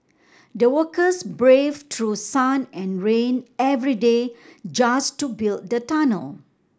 the workers braved through sun and rain every day just to build the tunnel